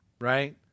right